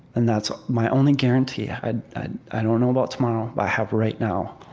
and that's my only guarantee. i i don't know about tomorrow, but i have right now,